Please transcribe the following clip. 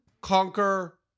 conquer